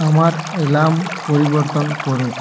আমার অ্যালার্ম পরিবর্তন করো